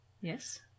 Yes